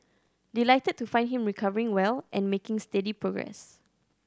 delighted to find him recovering well and making steady progress